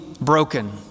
broken